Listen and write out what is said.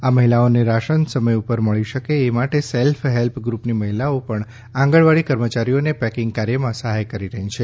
આ મહિલાઓ ને રાશન સમય ઉપર મળી શકે આ માટે સેલ્ફ હેલ્પ ગ્રુપની મહિલાઓ પણ આંગણવાડી કર્મચારિઓને પૈકિંગ કાર્યમાં સહાય કરી રહી છે